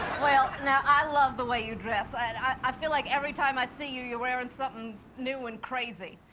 well, now, i love the way you dress. i i feel like, every time i see you, you're wearing somethin' new and crazy.